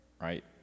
Right